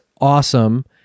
awesome